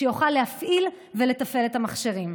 שיוכל להפעיל ולתפעל את המכשירים.